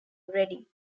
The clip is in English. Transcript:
reddy